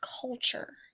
culture